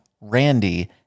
Randy